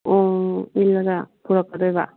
ꯑꯣ ꯏꯜꯂꯒ ꯄꯨꯔꯛꯀꯗꯣꯏꯕ